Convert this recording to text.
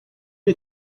ihr